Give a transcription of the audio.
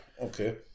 Okay